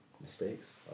mistakes